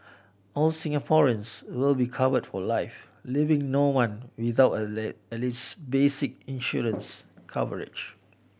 all Singaporeans will be covered for life leaving no one without at least basic insurance coverage